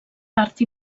part